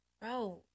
Bro